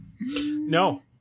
No